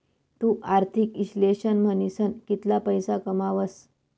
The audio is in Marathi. तु आर्थिक इश्लेषक म्हनीसन कितला पैसा कमावस